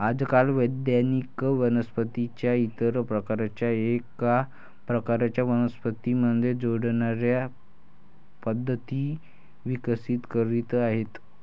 आजकाल वैज्ञानिक वनस्पतीं च्या इतर प्रकारांना एका प्रकारच्या वनस्पतीं मध्ये जोडण्याच्या पद्धती विकसित करीत आहेत